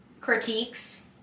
critiques